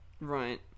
Right